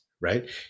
right